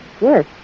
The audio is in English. Yes